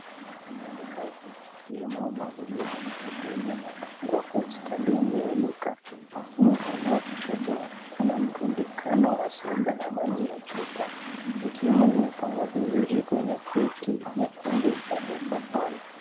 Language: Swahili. Samani mbali mbali ikiwemo magodoro meupe yamepangwa kwa ustadi nje ya duka. Kwenye upande wa kushoto kuna mrundikano wa soda na maji ya chupa zikiwa zimepangwa vizuri kwenye kreti nyekundu ya cocacola.